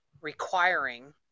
requiring